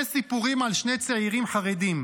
"שני סיפורים על שני צעירים חרדים.